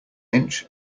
inch